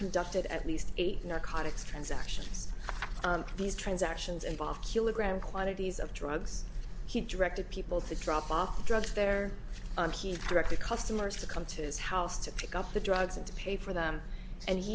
conducted at least eight narcotics transactions these transactions involve kilogram quantities of drugs he directed people to drop off drugs there and he directed customers to come to his house to pick up the drugs and to pay for them and he